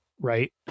Right